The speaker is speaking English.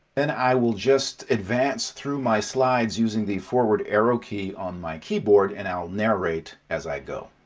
and i will just advance through my slides using the forward arrow key on my keyboard and i'll narrate as i go.